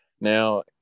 Now